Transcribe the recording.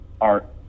art